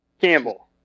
Campbell